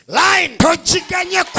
line